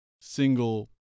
single